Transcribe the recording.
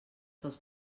pels